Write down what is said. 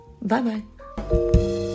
Bye-bye